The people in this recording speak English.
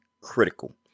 critical